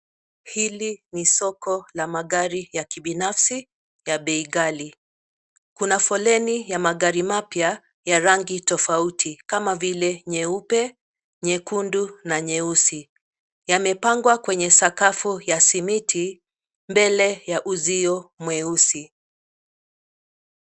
Hili ni soko la magari ya kibinafsi, ya bei ghali, kuna foleni ya magari mapya, ya rangi tofauti kama vile, nyeupe, nyekundu na nyeusi, yamepangwa kwenye sakafu ya simiti, mbele ya uzio mweusi.